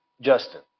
Justin